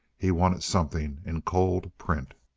he wanted something in cold print.